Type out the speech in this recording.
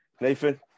Nathan